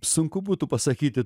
sunku būtų pasakyti